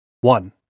One